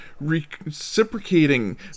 reciprocating